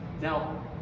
Now